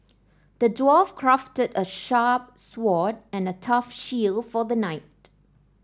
the dwarf crafted a sharp sword and a tough shield for the knight